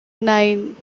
nine